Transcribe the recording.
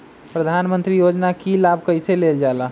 प्रधानमंत्री योजना कि लाभ कइसे लेलजाला?